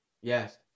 yes